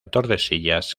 tordesillas